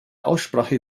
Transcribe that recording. aussprache